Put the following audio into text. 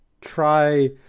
try